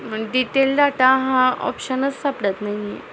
detail data हा ऑप्शनच सापडत नाही आहे